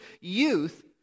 youth